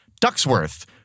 Ducksworth